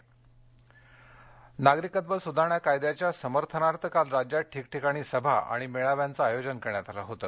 नागरिकत्व नागरिकत्व सुधारणा कायद्याच्या समर्थनार्थ काल राज्यात ठिकठिकाणी सभा आणि मेळाव्यांचं आयोजन करण्यात आलं होतं